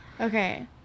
Okay